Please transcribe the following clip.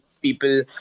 people